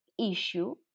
issue